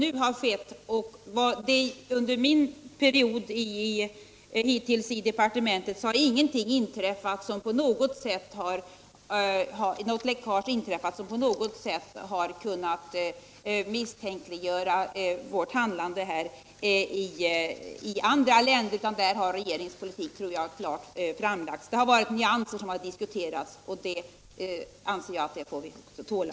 Under min period hittills i departementet har inte något läckage inträffat som på något sätt i andra länder har kunnat misstänkliggöra vårt handlande. Regeringens politik har klart framlagts. Det har varit nyanser som har diskuterats, och det anser jag att vi får tåla.